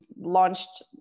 launched